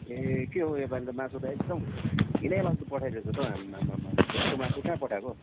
ए के हौ योपालि त मासु त एकदम घिनैलाग्दो पठाइ दिएछौ त हौ आम्मामा त्यस्तो मासु कहाँ पठाएको हौ